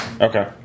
Okay